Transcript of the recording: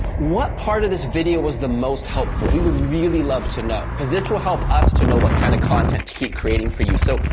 what part of this video was the most helpful? we would really love to know, cause this will help us to know what kind of content to keep creating for you. so,